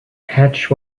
hatch